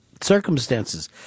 circumstances